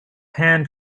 hand